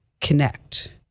connect